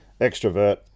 extrovert